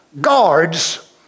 guards